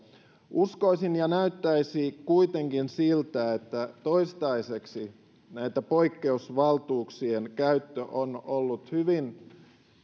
uskoisin ja näyttäisi kuitenkin siltä että toistaiseksi näitten poikkeusvaltuuksien käyttö on ollut hyvin